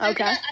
Okay